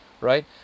right